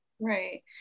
Right